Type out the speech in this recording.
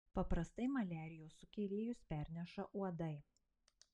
paprastai maliarijos sukėlėjus perneša uodai